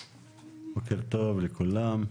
בוקר טוב לכולם,